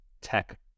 tech